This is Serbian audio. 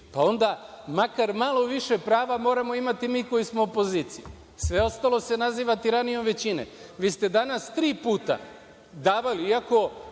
pa onda makar malo više prava moramo imati mi koji smo opozicija. Sve ostalo se naziva tiranijom većine. Vi ste danas tri puta davali pauzu,